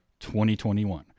2021